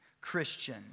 Christian